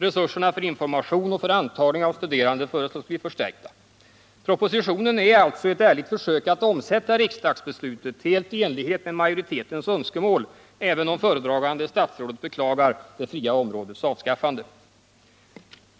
Resurserna för information och antagning av studerande föreslås bli förstärkta. Propositionen är alltså ett ärligt försök att omsätta riksdagsbeslutet helt i enlighet med majoritetens önskemål, även om föredragande statsrådet beklagar det fria områdets avskaffande.